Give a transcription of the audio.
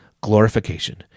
Glorification